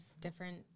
different